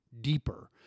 deeper